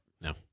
No